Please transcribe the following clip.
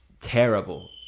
terrible